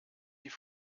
die